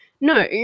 no